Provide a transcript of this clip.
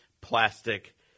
plastic